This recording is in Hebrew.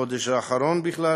בחודש האחרון בכלל.